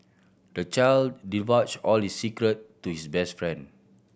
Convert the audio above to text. the child divulged all his secret to his best friend